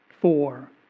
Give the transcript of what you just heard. four